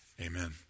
Amen